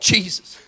Jesus